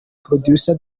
producer